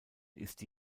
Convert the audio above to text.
ist